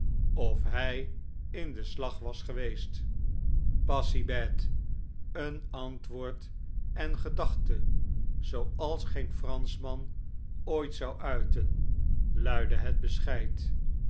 of hij in den slag was geweest pas si bete een antwoord en gedachte zooals geen franschman ooit zouuiten luidde het bescheid